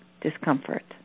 discomfort